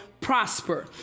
prosper